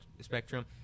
spectrum